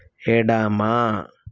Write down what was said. ఎడమ